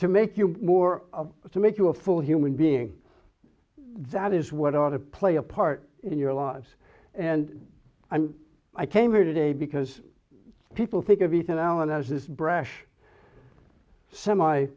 to make you more of it to make you a full human being that is what ought to play a part in your lives and i'm i came here today because people think of ethan allen as this brash semi